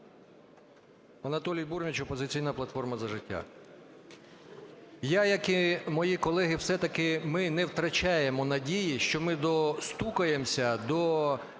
Анатолій Бурміч, "Опозиційна платформа - За життя". Я, як і мої колеги, все-таки ми не втрачаємо надії, що ми достукаємося до